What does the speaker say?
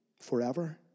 forever